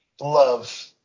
love